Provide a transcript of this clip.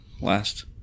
last